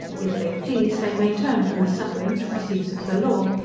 if they please, they may turn from the subtle intricacies of the law,